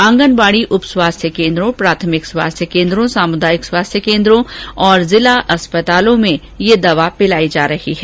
आंगनबाड़ी उप स्वास्थ्य केन्द्रों प्राथमिक स्वास्थ्य केन्द्रों सामुदायिक स्वास्थ्य केन्द्रों और जिला अस्पतालों में यह दवा पिलाई जा रही है